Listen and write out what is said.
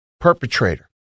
perpetrator